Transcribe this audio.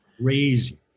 crazy